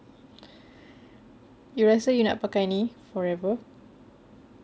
so you nak pakai ini forever